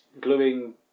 gluing